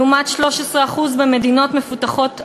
לעומת 13% במדינות מפותחות אחרות.